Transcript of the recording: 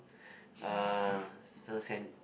uh